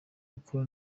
kuko